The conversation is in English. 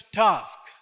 task